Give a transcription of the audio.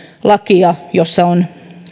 lakia jossa on